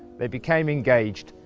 they became engaged,